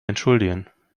entschuldigen